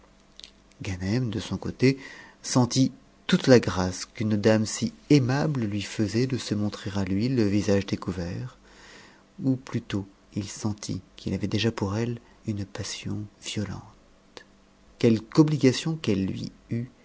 ganem de son côté sentit toute la grâce qu'une dame si aiinable lui faisait de se montrer à lui le visage découvert ou plutôt it sentit it qu'il avait déjà pour elle une passion violente quelque obligation qu'etfc